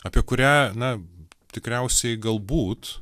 apie kurią na tikriausiai galbūt